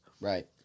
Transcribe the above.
Right